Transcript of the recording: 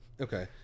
Okay